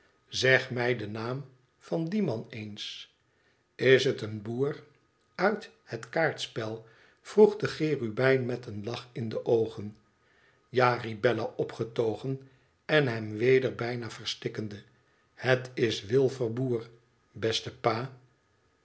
zeg mij den naam van dien man eens t is het een boer uit het kaartspel vroeg de cherubijn met een lach in de oogen ja riep bella opgetogen en hem weder bijna verstikkende het is wilfer boer beste pa